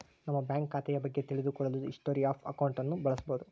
ನಮ್ಮ ಬ್ಯಾಂಕ್ ಖಾತೆಯ ಬಗ್ಗೆ ತಿಳಿದು ಕೊಳ್ಳಲು ಹಿಸ್ಟೊರಿ ಆಫ್ ಅಕೌಂಟ್ ಅನ್ನು ಬಳಸಬೋದು